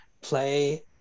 play